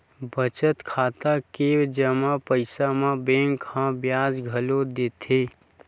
बचत खाता के जमा पइसा म बेंक ह बियाज घलो देथे